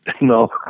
No